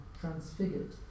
transfigured